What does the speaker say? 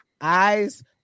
eyes